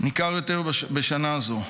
ניכר יותר בשנה הזו.